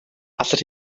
allet